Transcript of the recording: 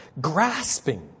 grasping